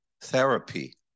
therapy